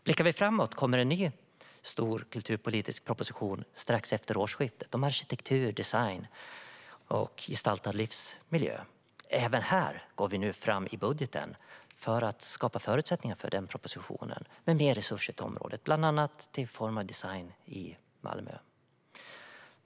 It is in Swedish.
Blickar vi framåt kommer en ny stor kulturpolitisk proposition strax efter årsskiftet om arkitektur, design och gestaltad livsmiljö. Även här går vi fram i budgeten för att skapa förutsättningar för den propositionen, men vi ger resurser till området, bland annat till Form/Design Center i Malmö.